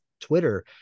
Twitter